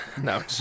No